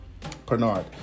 Pernard